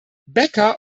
becker